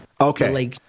Okay